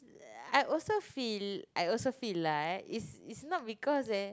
I also feel I also feel lah it's it's not because eh